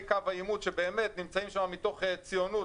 קו העימות שנמצאים שם מתוך ציונות,